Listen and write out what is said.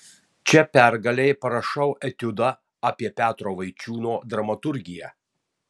čia pergalei parašau etiudą apie petro vaičiūno dramaturgiją